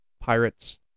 pirates